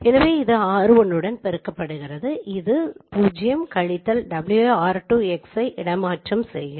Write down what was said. எனவே இது r 1 உடன் பெருக்கப்படுகிறது இது 0 கழித்தல் w i r 2 X ஐ இடமாற்றம் செய்கிறது